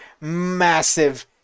massive